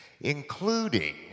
including